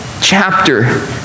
chapter